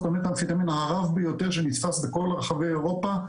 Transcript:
המתאמפטמין הרב ביותר שנתפס בכל רחבי אירופה,